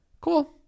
Cool